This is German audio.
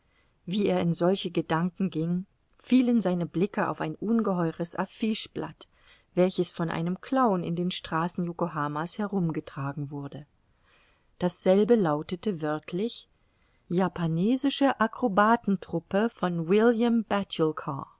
wie er in solche gedanken ging fielen seine blicke auf ein ungeheures affiche blatt welches von einem clown in den straßen yokohama's herumgetragen wurde dasselbe lautete wörtlich japanesische akrobaten truppe von william